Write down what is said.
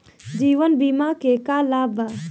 जीवन बीमा के का लाभ बा?